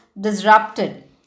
disrupted